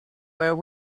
were